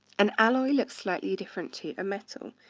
an alloy looks slightly different to a metal.